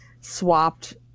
swapped